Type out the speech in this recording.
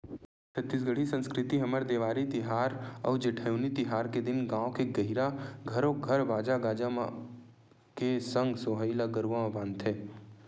छत्तीसगढ़ी संस्कृति हमर देवारी तिहार अउ जेठवनी तिहार के दिन गाँव के गहिरा घरो घर बाजा गाजा के संग सोहई ल गरुवा म बांधथे